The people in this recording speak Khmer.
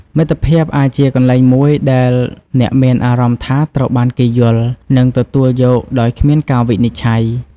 មិត្តភាពអាចជាកន្លែងមួយដែលអ្នកមានអារម្មណ៍ថាត្រូវបានគេយល់ និងទទួលយកដោយគ្មានការវិនិច្ឆ័យ។